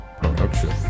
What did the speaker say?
production